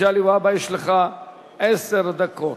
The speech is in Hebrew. מגלי והבה, יש לך עשר דקות.